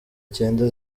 cyenda